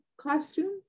costume